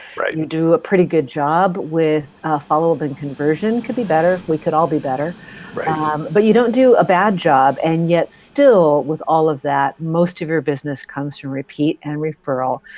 you do a pretty good job with follow-up and conversion. could be better. we could all be better but you don't do a bad job and yet still with all of that, most of your business comes from repeat and referral.